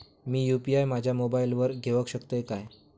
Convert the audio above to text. मी UPI माझ्या मोबाईलावर घेवक शकतय काय?